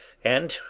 and,